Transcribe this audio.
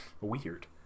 weird